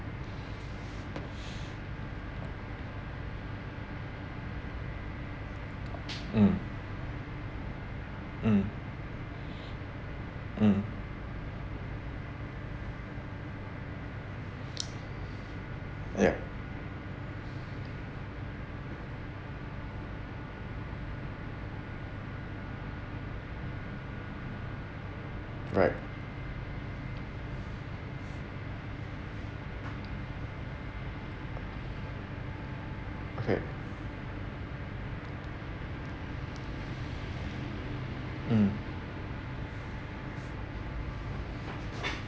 mm mm mm yup right okay mm